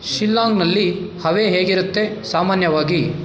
ಶಿಲ್ಲಾಂಗ್ನಲ್ಲಿ ಹವೆ ಹೇಗಿರುತ್ತೆ ಸಾಮಾನ್ಯವಾಗಿ